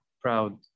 proud